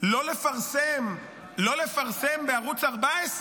לא לפרסם בערוץ 14,